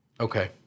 Okay